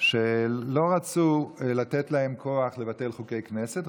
שלא רצו לתת להם כוח לבטל חוקי כנסת.